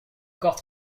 encore